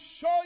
show